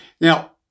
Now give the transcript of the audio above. Now